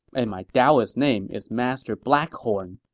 and my taoist name is master black horn.